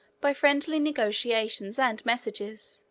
by friendly negotiations and messages.